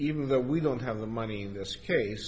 even though we don't have the money in this case